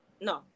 no